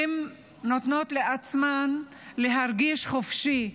הן נותנות לעצמן להרגיש חופשי,